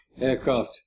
aircraft